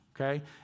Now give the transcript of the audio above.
okay